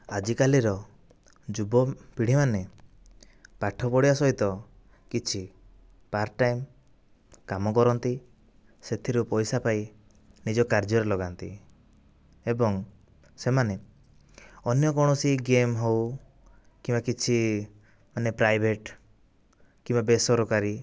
ଆଜିକାଲିର ଯୁବପିଢ଼ିମାନେ ପାଠ ପଢ଼ିବା ସହିତ କିଛି ପାର୍ଟ ଟାଇମ୍ କାମ କରନ୍ତି ସେଥିରୁ ପଇସା ପାଇ ନିଜ କାର୍ଯ୍ୟରେ ଲଗାନ୍ତି ଏବଂ ସେମାନେ ଅନ୍ୟ କୌଣସି ଗେମ ହଉ କିମ୍ବା କିଛି ମାନେ ପ୍ରାଇଭେଟ୍ କିମ୍ବା ବେସରକାରୀ